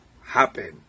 happen